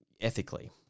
ethically